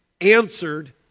answered